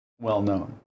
well-known